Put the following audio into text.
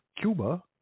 Cuba